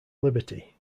liberty